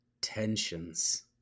Tensions